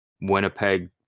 Winnipeg